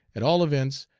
at all events,